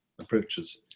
approaches